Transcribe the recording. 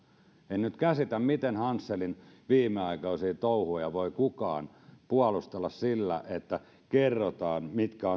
en nyt käsitä miten hanselin viimeaikaisia touhuja voi kukaan puolustella sillä että kerrotaan mitkä